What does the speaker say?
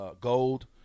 gold